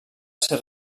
ser